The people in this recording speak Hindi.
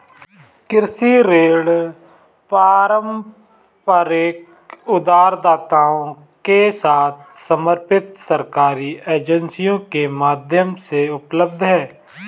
कृषि ऋण पारंपरिक उधारदाताओं के साथ समर्पित सरकारी एजेंसियों के माध्यम से उपलब्ध हैं